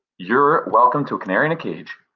you're welcome to a canary in a cage.